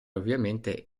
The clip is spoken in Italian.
ovviamente